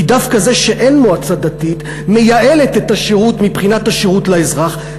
כי דווקא זה שאין מועצה דתית מייעל את השירות מבחינת השירות לאזרח,